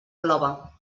clova